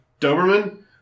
Doberman